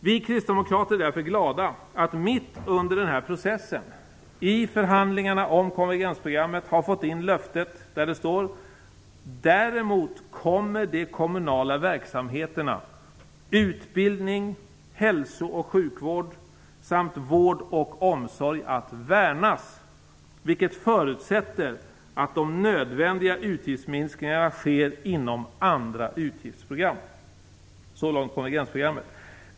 Vi kristdemokrater är därför glada att mitt under denna process i förhandlingarna om konvergensprogrammet ha fått in löftet att "Däremot kommer de kommunala verksamheterna utbildning, hälso och sjukvård samt vård och omsorg att värnas, vilket förutsätter att de nödvändiga utgiftsminskningarna sker inom andra utgiftsprogram".